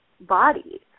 body